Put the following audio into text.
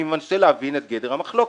ואני מנסה להבין את גדר המחלוקת.